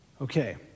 Okay